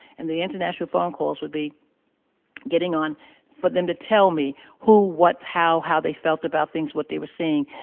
and the international phone calls would be getting on for them to tell me who, what, how, how they felt about things, what they were seeing.